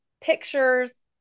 pictures